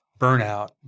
burnout